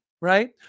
right